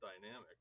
dynamic